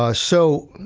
ah so,